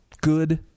good